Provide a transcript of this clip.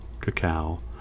cacao